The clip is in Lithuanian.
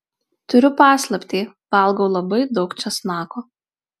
turiu paslaptį valgau labai daug česnako